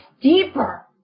deeper